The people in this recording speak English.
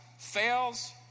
Fails